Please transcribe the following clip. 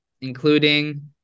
including